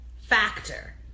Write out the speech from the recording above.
factor